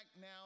now